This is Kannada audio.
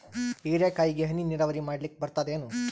ಹೀರೆಕಾಯಿಗೆ ಹನಿ ನೀರಾವರಿ ಮಾಡ್ಲಿಕ್ ಬರ್ತದ ಏನು?